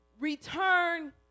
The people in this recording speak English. return